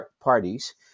parties